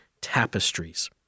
Tapestries